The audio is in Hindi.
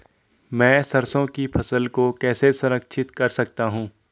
मैं सरसों की फसल को कैसे संरक्षित कर सकता हूँ?